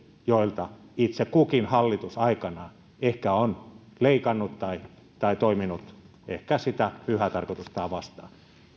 joilta itse kukin hallitus aikanaan ehkä on leikannut tai tai toiminut sitä pyhää tarkoitustaan vastaan